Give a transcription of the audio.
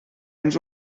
ens